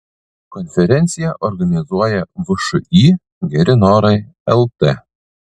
konferenciją organizuoja všį geri norai lt